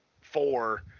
four